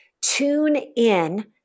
Tune-in